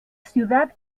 ciudad